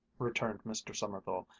returned mr. sommerville,